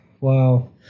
Wow